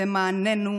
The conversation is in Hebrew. למעננו,